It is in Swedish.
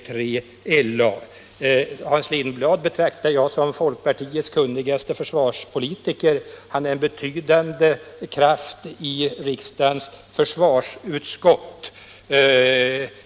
Jag betraktar Hans Lindblad som folkpartiets kunnigaste försvarspolitiker, och han är en betydande kraft i riksdagens försvarsutskott.